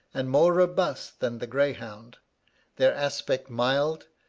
and more robust than the greyhound their aspect mild,